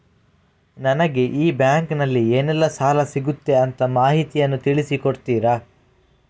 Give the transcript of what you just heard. ನನಗೆ ಈ ಬ್ಯಾಂಕಿನಲ್ಲಿ ಏನೆಲ್ಲಾ ಸಾಲ ಸಿಗುತ್ತದೆ ಅಂತ ಮಾಹಿತಿಯನ್ನು ತಿಳಿಸಿ ಕೊಡುತ್ತೀರಾ?